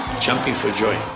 jumping for joy.